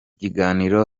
kiganiro